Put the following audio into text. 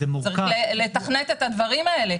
צריך לתכנת את הדברים האלה.